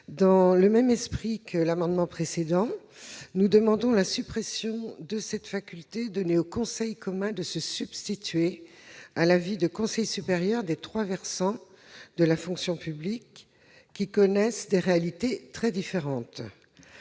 Dans le même esprit que l'amendement précédent, nous demandons la suppression de la faculté donnée au Conseil commun de la fonction publique de se substituer à l'un des conseils supérieurs des trois versants de la fonction publique, qui connaissent des réalités très différentes.